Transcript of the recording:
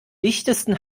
dichtesten